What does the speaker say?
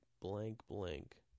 blank-blank